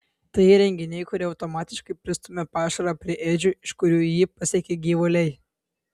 tai įrenginiai kurie automatiškai pristumia pašarą prie ėdžių iš kurių jį pasiekia gyvuliai